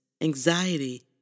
anxiety